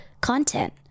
content